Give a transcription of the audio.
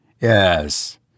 Yes